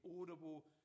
audible